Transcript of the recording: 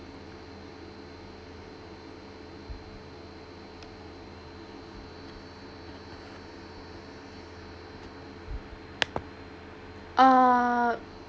err